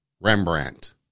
Rembrandt